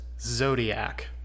Zodiac